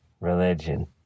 religion